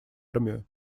армию